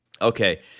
Okay